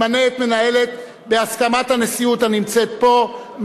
בהסכמת הנשיאות הנמצאת פה,